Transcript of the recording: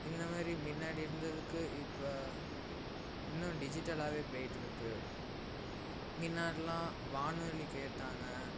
இந்த மாதிரி முன்னாடி இருந்ததுக்கு இப்போ இன்னும் டிஜிட்டலாகவே போயிட்டுருக்கு முன்னாடிலாம் வானொலி கேட்டாங்கள்